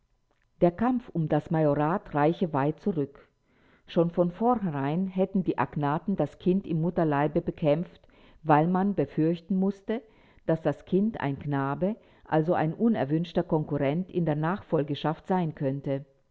der kampf um das majorat reiche weit zurück schon von vornherein hätten die agnaten das kind im mutterleibe bekämpft weil man befürchten mußte daß das kind ein knabe also ein unerwünschter konkurrent in der nachfolgeschaft sein könnte